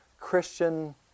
christian